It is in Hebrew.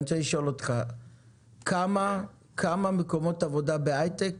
אני רוצה לשאול אותך כמה מקומות עבודה בהייטק